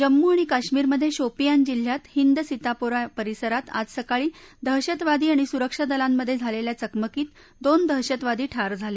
जम्मू आणि काश्मिरमधे शोपियान जिल्ह्यात हिंद सितापोरा परिसरात आज सकाळी दहशतवादी आणि सुरक्षा दलांमधे झालेल्या चकमकीत दोन दहशतवादी ठार झाले